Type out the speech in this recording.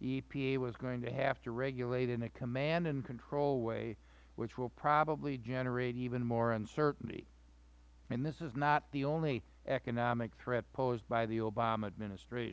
the epa was going to have to regulate in a command and control way which will probably generate even more uncertainty this is not the only economic threat posed by the obama administrat